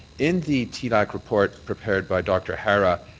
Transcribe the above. in the tlac report prepared by dr. hara,